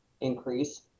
increase